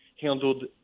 handled